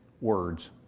words